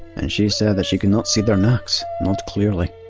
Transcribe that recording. and she said that she could not see their knacks, not clearly.